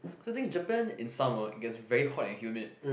cause the thing is Japan in summer it gets very hot and humid